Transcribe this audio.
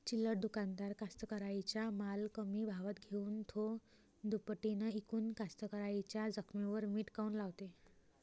चिल्लर दुकानदार कास्तकाराइच्या माल कमी भावात घेऊन थो दुपटीनं इकून कास्तकाराइच्या जखमेवर मीठ काऊन लावते?